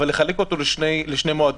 אבל לחלק אותו לשני מועדים,